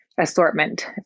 assortment